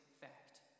fact